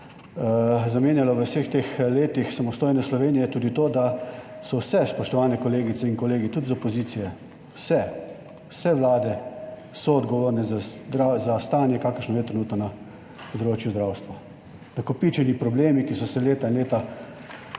zamenjalo v vseh teh letih samostojne Slovenije tudi to, da so vse, spoštovane kolegice in kolegi tudi iz opozicije, vse vlade soodgovorne za stanje kakršno je trenutno na področju zdravstva. Nakopičeni problemi, ki so se leta in leta